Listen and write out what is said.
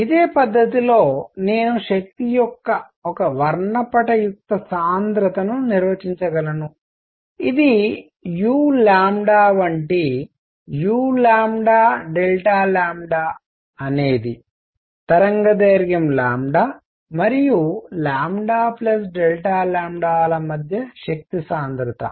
ఇదే పద్ధతిలో నేను శక్తి యొక్క ఒక వర్ణపటయుక్త సాంద్రతను నిర్వచించగలను ఇది u వంటి u అనేది తరంగదైర్ఘ్యం మరియు ల మధ్య శక్తి సాంద్రత